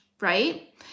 right